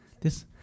This-